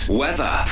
weather